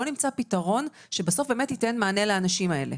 בואו נמצא פתרון שייתן מענה לאנשים האלה.